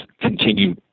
continue